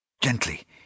Gently